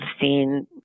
seen